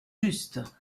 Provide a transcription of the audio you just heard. juste